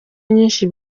nyinshi